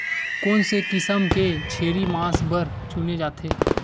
कोन से किसम के छेरी मांस बार चुने जाथे?